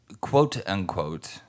quote-unquote